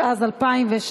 התשע"ז 2016,